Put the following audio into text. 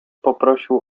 poprosił